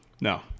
no